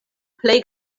plej